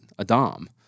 Adam